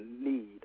need